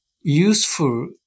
useful